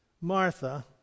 Martha